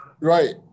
right